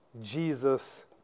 Jesus